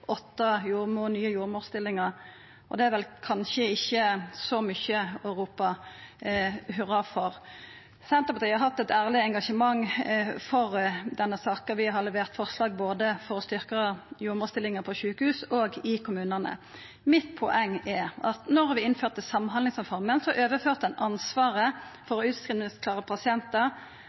Det er kanskje ikkje så mykje å ropa hurra for. Senterpartiet har hatt eit ærleg engasjement for denne saka. Vi har levert forslag om å styrkja jordmorstillingane både på sjukehus og i kommunane. Mitt poeng er at då vi innførte samhandlingsreforma, overførte vi ansvaret for utskrivingsklare pasientar